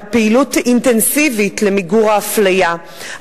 ופעילות אינטנסיבית למיגור האפליה,